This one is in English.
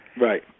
Right